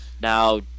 Now